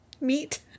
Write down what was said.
meat